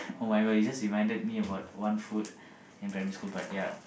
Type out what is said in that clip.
[oh]-my-god you just reminded me about one food in primary school but ya